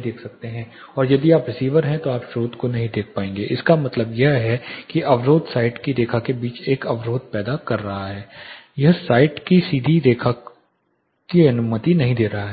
देख सकते हैं या यदि आप रिसीवर हैं तो आप स्रोत को नहीं देख पाएंगे इसका मतलब यह है कि अवरोध साइट की रेखा के बीच एक अवरोध पैदा कर रहा है यह साइट की सीधी रेखा को अनुमति नहीं दे रहा है